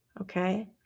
Okay